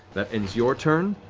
that ends your turn.